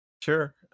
Sure